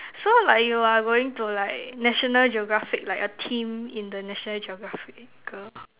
so like you are going to like national geographic like a team in the national geographical